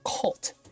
cult